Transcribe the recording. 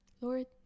Lord